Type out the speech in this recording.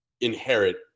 inherit